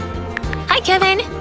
hi, kevin!